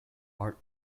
art